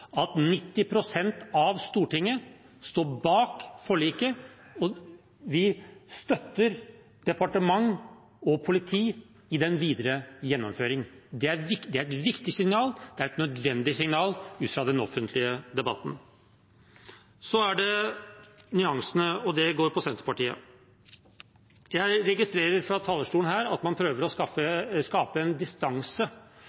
at 90 pst. av Stortinget står bak forliket, og om at vi støtter departement og politi i den videre gjennomføringen. Det er et viktig og nødvendig signal i den offentlige debatten. Så til nyansene, og det handler om Senterpartiet: Jeg registrerer at man fra talerstolen her prøver å